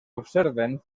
observen